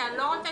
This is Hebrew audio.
אתם מאלצים אותי